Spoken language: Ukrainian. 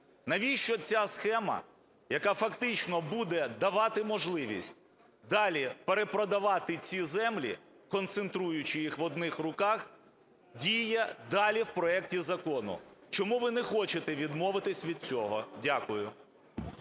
Навіщо ця схема, яка фактично буде давати можливість далі перепродавати ці землі, концентруючи їх в одних руках, діє далі в проекті закону? Чому ви не хочете відмовитись від цього? Дякую.